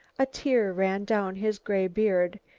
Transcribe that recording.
a tear ran down his grey beard,